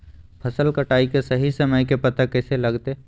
फसल कटाई के सही समय के पता कैसे लगते?